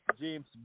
James